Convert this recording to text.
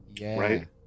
right